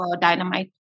dynamite